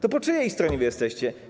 To po czyjej stronie wy jesteście?